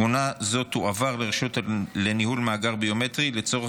תמונה זו תועבר לרשות לניהול המאגר הביומטרי לצורך